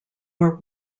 were